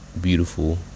beautiful